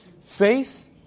Faith